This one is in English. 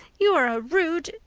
you are a rude,